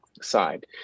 side